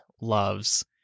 loves